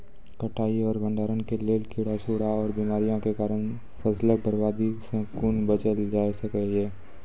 कटाई आर भंडारण के लेल कीड़ा, सूड़ा आर बीमारियों के कारण फसलक बर्बादी सॅ कूना बचेल जाय सकै ये?